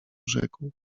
rzekł